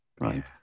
Right